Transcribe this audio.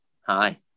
hi